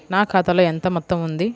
నా ఖాతాలో ఎంత మొత్తం ఉంది?